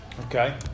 Okay